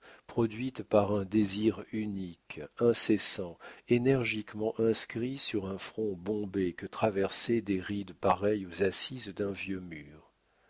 produite par un désir unique incessant énergiquement inscrit sur un front bombé que traversaient des rides pareilles aux assises d'un vieux mur